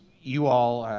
you all,